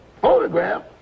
photograph